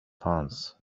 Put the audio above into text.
fanns